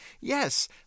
Yes